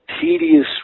tedious